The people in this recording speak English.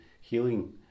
healing